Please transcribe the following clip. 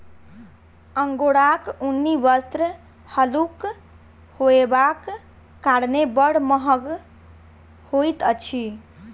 अंगोराक ऊनी वस्त्र हल्लुक होयबाक कारणेँ बड़ महग होइत अछि